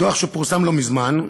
בדוח שפורסם לא מזמן,